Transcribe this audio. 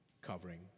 covering